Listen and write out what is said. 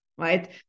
right